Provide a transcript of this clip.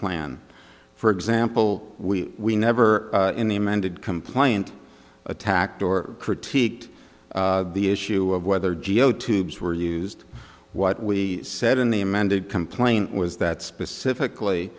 plan for example we never in the amended complaint attacked or critiqued the issue of whether gio tubes were used what we said in the amended complaint was that specifically